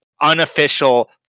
unofficial